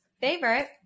favorite